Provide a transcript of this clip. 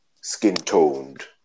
skin-toned